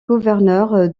gouverneur